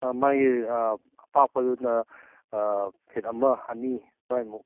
ꯃꯥꯒꯤ ꯑꯄꯥꯛꯄꯗꯨꯅ ꯐꯤꯠ ꯑꯃ ꯑꯅꯤ ꯑꯗꯨꯋꯥꯏꯃꯨꯛ